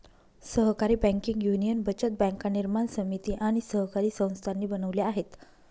सहकारी banking union बचत बँका निर्माण समिती आणि सहकारी संस्थांनी बनवल्या आहेत